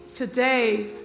Today